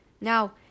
Now